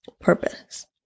purpose